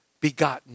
begotten